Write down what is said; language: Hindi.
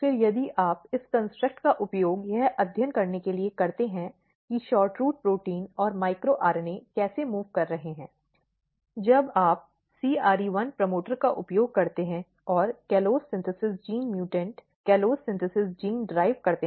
फिर यदि आप इस कन्स्ट्रक्ट का उपयोग यह अध्ययन करने के लिए करते हैं कि SHORTROOT प्रोटीन और माइक्रो आरएनए कैसे मूव़ कर रहे हैं जब आप CRE1 प्रमोटर का उपयोग करते हैं और callose synthase gene mutant callose synthase gene drive करते हैं